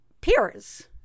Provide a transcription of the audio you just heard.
peers